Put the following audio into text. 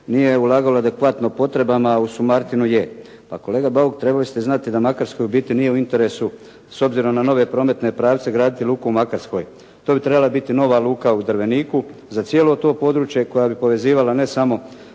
nije ulagalo adekvatno potrebama, a u Sumartinu je. Pa kolega Bauk, trebali ste znati da Makarskoj ubiti nije u interesu s obzirom na nove prometne pravce graditi luku u Makarskoj. To bi trebala biti nova luka u Drveniku za cijelo to područje koja bi povezivala, ne samo